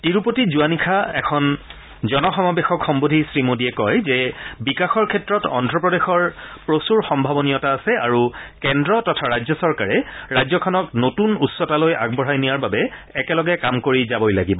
তিৰুপতিত যোৱা নিশা এখন জনসমাৱেশক সম্বোধি শ্ৰীমোডীয়ে কয় যে বিকাশৰ ক্ষেত্ৰত অদ্ধ প্ৰদেশৰ প্ৰচূৰ সম্ভাবনীয়তা আছে আৰু কেন্দ্ৰ তথা ৰাজ্য চৰকাৰে ৰাজ্যখনক নতুন উচ্চতালৈ আগবঢ়াই নিয়াৰ বাবে একেলগে কাম কৰি যাবই লাগিব